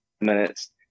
minutes